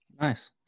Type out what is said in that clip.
Nice